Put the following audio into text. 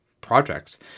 projects